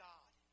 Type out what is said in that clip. God